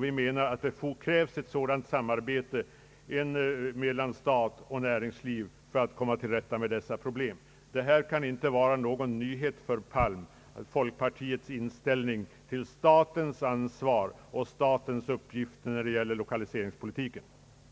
Vi anser att det krävs ett sådant samarbete mellan stat och näringsliv för att komma till rätta med problemen. Denna folkpartiets inställning till statens ansvar och skyldigheter i fråga om lokaliseringspolitiken kan inte